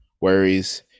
worries